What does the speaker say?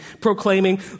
proclaiming